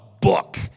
book